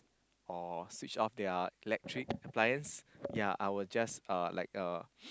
or switch off their electric appliance ya I will just uh like uh